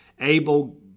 Abel